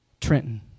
Trenton